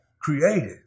created